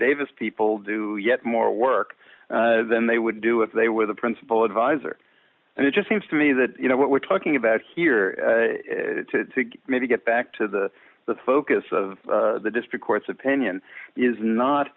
davis people do yet more work than they would do if they were the principal advisor and it just seems to me that you know what we're talking about here to maybe get back to the the focus of the district court's opinion is not